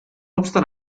obstant